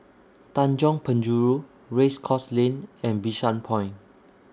Tanjong Penjuru Race Course Lane and Bishan Point